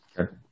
Okay